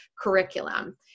curriculum